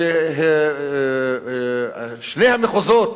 ששני המחוזות